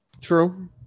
True